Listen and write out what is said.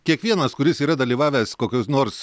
kiekvienas kuris yra dalyvavęs kokios nors